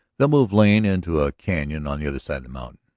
they'll move lane into a canon on the other side of the mountain.